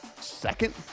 Second